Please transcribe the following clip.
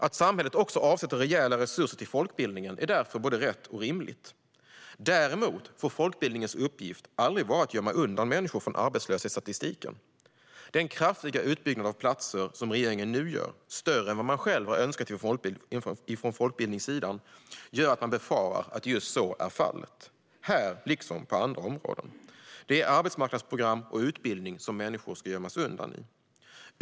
Att samhället också avsätter rejäla resurser till folkbildningen är därför både rätt och rimligt. Däremot får folkbildningens uppgift aldrig vara att gömma undan människor från arbetslöshetsstatistiken. Den kraftiga utbyggnad av antalet platser som regeringen nu gör, större än vad man själv önskat från folkbildningssidan, gör att man befarar att just så är fallet, här liksom på andra områden. Det är arbetsmarknadsprogram och utbildning som människor ska gömmas undan i.